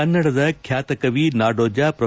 ಕನ್ನಡದ ಖ್ಯಾತ ಕವಿ ನಾಡೋಜ ಪ್ರೊ